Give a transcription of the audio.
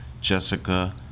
Jessica